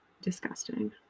Disgusting